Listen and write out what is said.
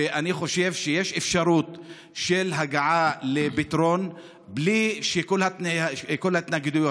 ואני חושב שיש אפשרות של הגעה לפתרון בלי כל ההתנגדויות.